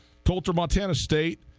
coulter montana state,